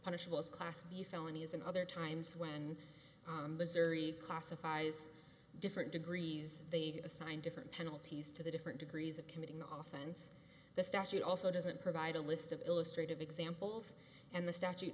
punishable as class b felony is and other times when classifies different degrees they assign different penalties to the different degrees of committing oftens the statute also doesn't provide a list of illustrated examples and the statute